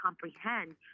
comprehend